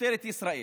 משטרת ישראל.